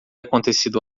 acontecido